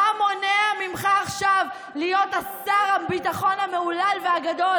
מה מונע ממך עכשיו להיות שר הביטחון המהולל והגדול